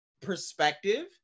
perspective